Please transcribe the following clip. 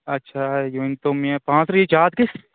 اچھا یہِ ؤنۍ تو مےٚ پانٛژتٕرٛہ ہے زیادٕ گژھِ